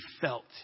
felt